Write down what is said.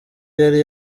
yari